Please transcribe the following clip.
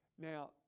Now